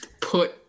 put